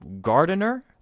gardener